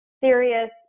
serious